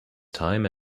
time